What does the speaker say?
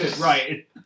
Right